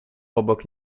obok